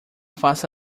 faça